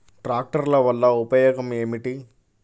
ట్రాక్టర్ల వల్ల ఉపయోగం ఏమిటీ?